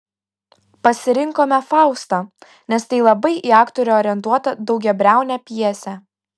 pasirinkome faustą nes tai labai į aktorių orientuota daugiabriaunė pjesė